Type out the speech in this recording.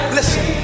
listen